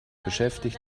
beschäftigt